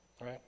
right